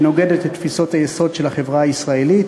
שנוגדת את תפיסות היסוד של החברה הישראלית.